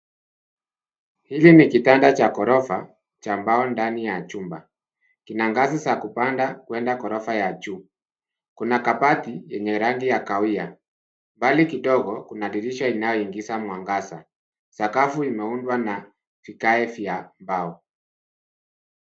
Hili ni kitanda cha ghorofa cha mbao ndani ya chumba. Kina ngazi za kupanda kuenda ghorofa ya juu. Kuna kabati yenye rangi ya kahawia. Mbali kidogo kuna dirisha inayoingiza mwangaza. Sakafu imeundwa na vigae vya mbao.